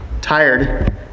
tired